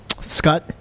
Scott